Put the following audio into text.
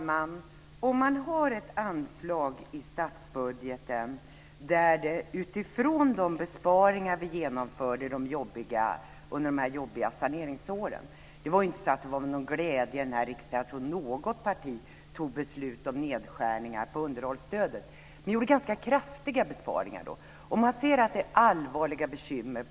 Fru talman! Vi har ett anslag i statsbudgeten utifrån de besparingar vi genomförde under de jobbiga saneringsåren. Det var inte någon glädje i riksdagen från något parti när riksdagen fattade beslut om nedskärningar på underhållsstödet. Vi gjorde då ganska kraftiga besparingar. Det finns ett antal områden där det verkligen brister.